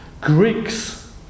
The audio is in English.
Greeks